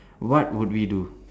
what would we do